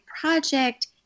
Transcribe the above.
project